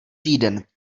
týden